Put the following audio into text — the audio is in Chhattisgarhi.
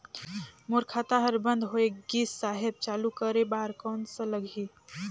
मोर खाता हर बंद होय गिस साहेब चालू करे बार कौन का लगही?